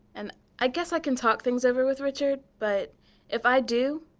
and i guess i can talk things over with richard, but if i do,